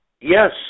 Yes